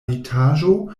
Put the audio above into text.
litaĵo